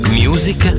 music